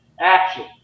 Action